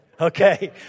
Okay